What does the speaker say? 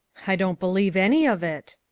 i didn't believe any of it